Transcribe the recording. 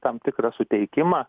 tam tikrą suteikimą